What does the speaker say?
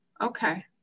Okay